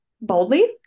boldly